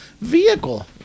vehicle